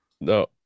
No